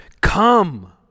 Come